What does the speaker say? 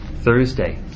Thursday